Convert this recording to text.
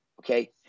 Okay